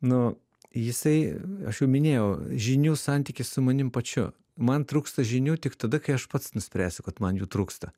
nu jisai aš jau minėjau žinių santykis su manim pačiu man trūksta žinių tik tada kai aš pats nuspręsiu kad man jų trūksta